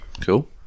Cool